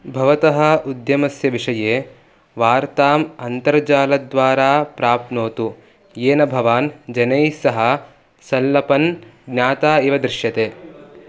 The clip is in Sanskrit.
भवतः उद्यमस्य विषये वार्ताम् अन्तर्जालद्वारा प्राप्नोतु येन भवान् जनैस्सह संल्लपन् ज्ञाता इव दृश्यते